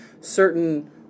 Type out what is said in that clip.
certain